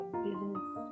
business